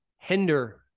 hinder